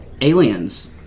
aliens